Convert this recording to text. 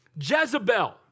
Jezebel